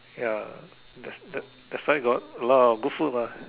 ya that's that that's side got a lot of good food mah